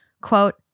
quote